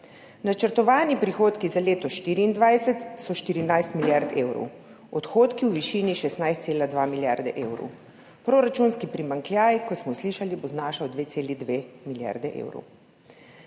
Načrtovani prihodki za leto 2024 so 14 milijard evrov, odhodki v višini 16,2 milijarde evrov, proračunski primanjkljaj, kot smo slišali, bo znašal 2,2 milijardi evrov.